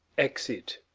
exit